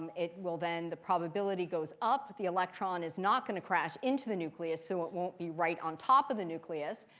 well then the probability goes up. the electron is not going to crash into the nucleus, so it won't be right on top of the nucleus.